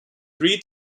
three